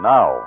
Now